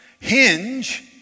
hinge